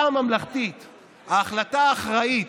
ההחלטה האחראית,